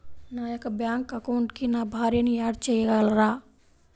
నా యొక్క బ్యాంక్ అకౌంట్కి నా భార్యని యాడ్ చేయగలరా?